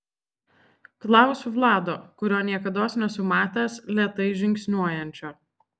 klausiu vlado kurio niekados nesu matęs lėtai žingsniuojančio